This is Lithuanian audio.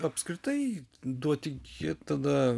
apskritai duoti jie tada